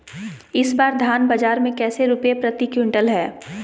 इस बार धान बाजार मे कैसे रुपए प्रति क्विंटल है?